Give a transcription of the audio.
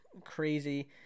crazy